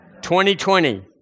2020